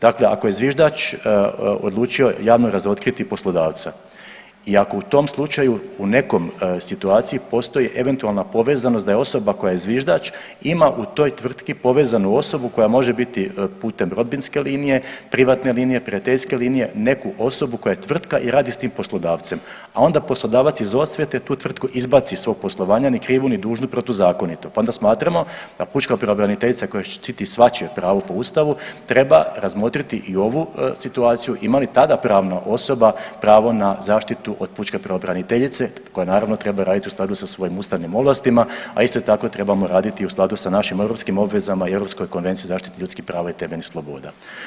Dakle, ako je zviždač odlučio javno razotkriti poslodavca i ako u tom slučaju u nekom situaciji postoji eventualna povezanost da je osoba koja je zviždač ima u toj tvrtki povezanu osobu koja može biti putem rodbinske linije, privatne linije, prijateljske linije neku osobu koja je tvrtka i radi s tim poslodavcem, a onda poslodavac iz osvete tu tvrtku izbaci iz svog poslovanja ni krivu ni dužnu protuzakonito, pa onda smatramo da pučka pravobraniteljica koja štiti svačije pravo po Ustavu treba razmotriti i ovu situaciju ima li tada pravna osoba pravo na zaštitu od pučke pravobraniteljice koja naravno treba raditi u skladu sa svojim ustavnim ovlastima, a isto tako trebamo raditi i u skladu sa našim europskim obvezama i Europskoj konvenciji o zaštiti ljudskih prava i temeljnih sloboda.